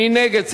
מי נגד?